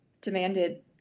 demanded